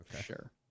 Sure